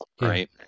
Right